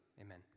Amen